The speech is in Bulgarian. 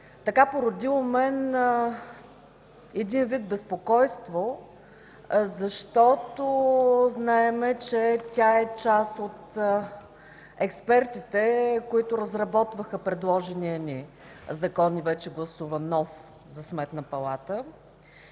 породи у мен един вид безпокойство, защото знаем, че тя е част от експертите, които разработваха предложения и вече гласуван нов Закон за Сметната палата.